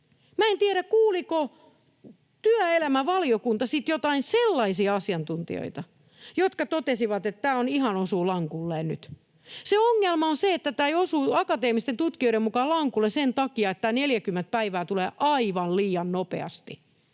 en tiedä, kuuliko työelämävaliokunta sitten jotain sellaisia asiantuntijoita, jotka totesivat, että tämä osuu ihan lankulle nyt. Se ongelma on se, että tämä ei osu akateemisten tutkijoiden mukaan lankulle sen takia, että tämä 40 päivää tulee aivan liian nopeasti.